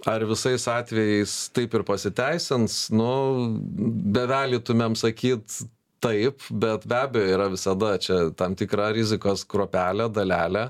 ar visais atvejais taip ir pasiteisins nu bevelytumėm sakyt taip bet be abejo yra visada čia tam tikra rizikos kruopelė dalelė